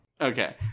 Okay